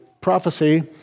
prophecy